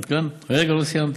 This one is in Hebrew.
עד כאן, רגע, לא סיימתי.